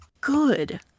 good